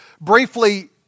briefly